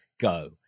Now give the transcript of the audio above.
go